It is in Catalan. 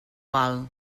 val